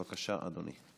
בבקשה, אדוני.